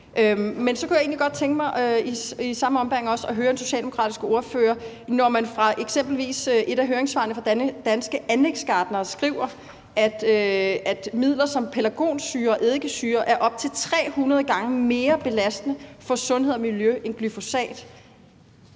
Men så kunne jeg egentlig godt tænke mig i samme ombæring også at høre den socialdemokratiske ordfører om noget. Når de f.eks. i høringssvaret fra Danske Anlægsgartnere skriver, at midler som pelargonsyre og eddikesyre er op til 300 gange mere belastende for sundhed og miljø end glyfosat,